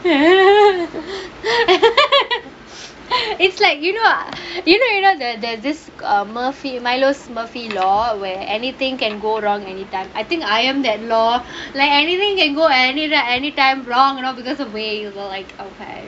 it's like you know you know you know the there's this uh murphy milo's murphy law where anything can go wrong anytime I think I am that law like anything can go anywhere anytime wrong you know